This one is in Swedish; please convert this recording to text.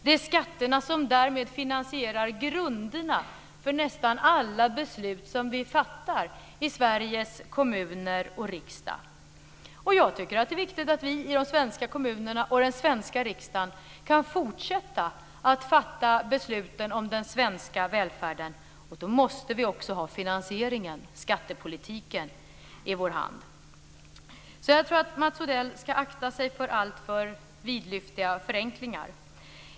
Det är skatterna som därmed finansierar grunderna för nästan alla beslut som vi fattar i Sveriges kommuner och riksdag. Jag tycker att det är viktigt att vi i de svenska kommunerna och i den svenska riksdagen kan fortsätta att fatta besluten om den svenska välfärden, och då måste vi också ha finansieringen, skattepolitiken, i vår hand. Jag tror att Mats Odell ska akta sig för alltför vidlyftiga förenklingar.